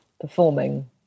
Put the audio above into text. performing